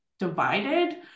divided